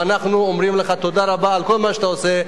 ואנחנו אומרים לך תודה רבה על כל מה שאתה עושה,